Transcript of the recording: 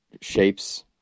shapes